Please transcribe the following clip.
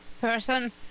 person